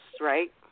right